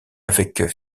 avec